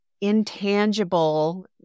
intangible